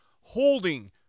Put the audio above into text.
holding